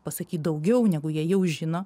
pasakyt daugiau negu jie jau žino